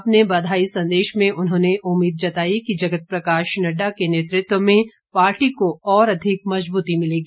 अपने बधाई संदेश में उन्होंने उम्मीद जताई कि जगत प्रकाश नड्डा के नेतृत्व में पार्टी को और अधिक मजबूती मिलेगी